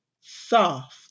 soft